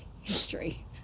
history